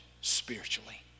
spiritually